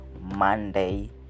monday